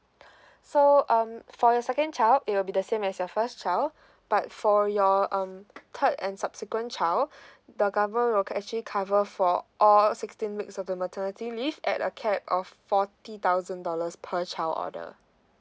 so um for your second child it'll be the same as your first child but for your um third and subsequent child the government will actually cover for all sixteen weeks of the maternity leave at a cap of forty thousand dollars per child order